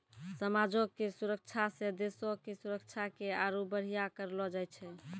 समाजो के सुरक्षा से देशो के सुरक्षा के आरु बढ़िया करलो जाय छै